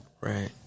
Right